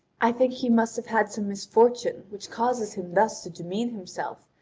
i think he must have had some misfortune, which causes him thus to demean himself,